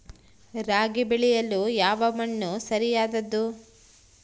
ರಾಗಿ ಬೆಳೆಯಲು ಯಾವ ಮಣ್ಣು ಸರಿಯಾದದ್ದು?